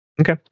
Okay